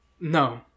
no